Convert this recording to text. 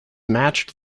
matched